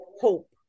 Hope